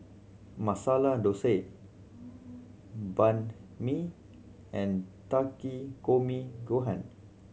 Masala Dosa Banh Mi and Takikomi Gohan